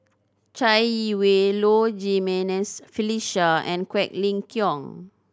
Chai Yee Wei Low Jimenez Felicia and Quek Ling Kiong